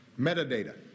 Metadata